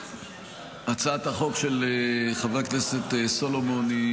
הצעת החוק של חבר הכנסת סולומון היא